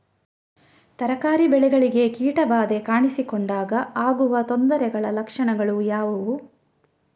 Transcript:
ತರಕಾರಿ ಬೆಳೆಗಳಿಗೆ ಕೀಟ ಬಾಧೆ ಕಾಣಿಸಿಕೊಂಡಾಗ ಆಗುವ ತೊಂದರೆಗಳ ಲಕ್ಷಣಗಳು ಯಾವುವು?